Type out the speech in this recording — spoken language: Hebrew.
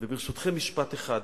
ברשותכם, משפט אחד: